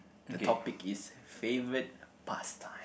the topic is favorite pastime